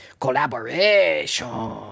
collaboration